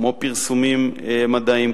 כמו פרסומים מדעיים,